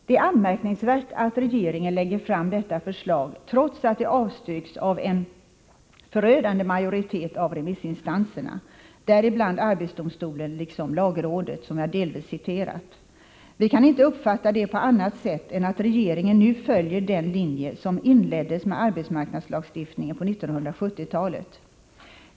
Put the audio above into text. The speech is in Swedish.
Det är anmärkningsvärt att regeringen lägger fram detta förslag, trots att det avstyrkts av en förödande majoritet av remissinstanserna, däribland arbetsdomstolen, liksom lagrådet, som jag delvis citerat. Vi kan inte uppfatta det på annat sätt än att regeringen nu följer den linje som inleddes med arbetsmarknadslagstiftningen på 1970-talet.